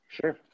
Sure